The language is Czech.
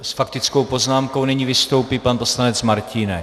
S faktickou poznámkou nyní vystoupí pan poslanec Martínek.